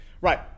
right